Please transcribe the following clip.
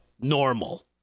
normal